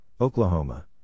Oklahoma